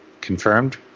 Confirmed